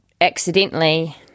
accidentally